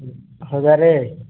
ହଜାରେ